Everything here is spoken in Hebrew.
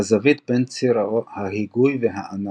והזווית בין ציר ההיגוי והאנך.